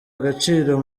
agaciro